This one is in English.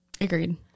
Agreed